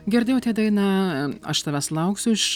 girdėjote dainą aš tavęs lauksiu iš